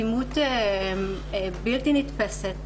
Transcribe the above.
אטימות בלתי נתפסת